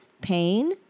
pain